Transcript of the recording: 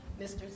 Mr